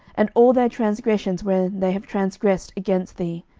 and all their transgressions wherein they have transgressed against thee,